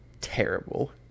terrible